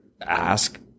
ask